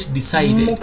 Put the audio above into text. decided